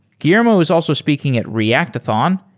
guillermo is also speaking at reactathon,